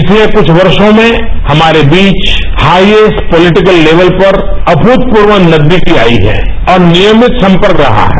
पिछले कुछ वर्षो में हमारे बीच हायेस्ट पॉलिटिकल लेवल पर अमृतपूर्व नजदीकी आई है और नियमित संपर्क रहा है